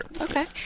Okay